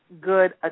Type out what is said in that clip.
good